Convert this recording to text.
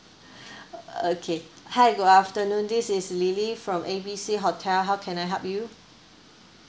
okay hi good afternoon this is lily from A B C hotel how can I help you